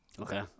Okay